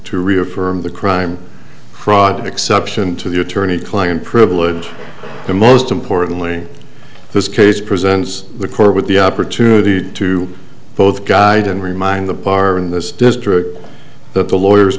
to reaffirm the crime fraud exception to the attorney client privilege and most importantly this case presents the court with the opportunity to both guide and remind the bar in this district that the lawyers